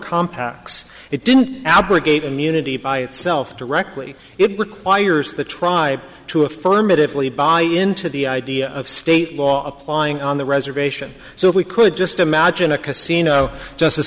compaq's it didn't abrogate immunity by itself directly it requires the tribe to affirmatively buy into the idea of state law applying on the reservation so if we could just imagine a casino justice